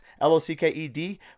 L-O-C-K-E-D